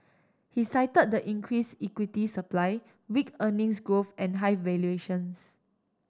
he cited the increased equity supply weak earnings growth and high valuations